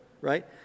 right